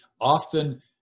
Often